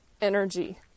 energy